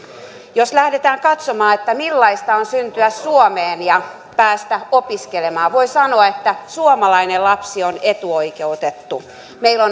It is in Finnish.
jos lähdetään katsomaan millaista on syntyä suomeen ja päästä opiskelemaan voi sanoa että suomalainen lapsi on etuoikeutettu meillä